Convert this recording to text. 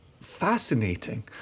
fascinating